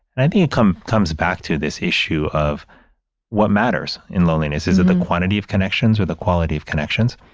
and i think it comes comes back to this issue of what matters in loneliness. is it the quantity of connections or the quality of connections?